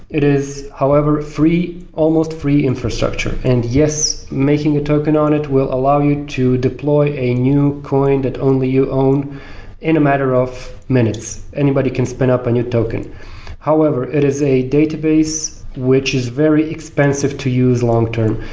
it is however free, almost free infrastructure. and yes, making a token on it will allow to deploy a new coin that only you own in a matter of minutes. anybody can spin up a new token however, it is a database which is very expensive to use long-term.